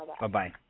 Bye-bye